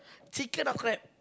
chicken or crab